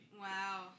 Wow